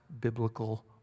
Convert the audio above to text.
biblical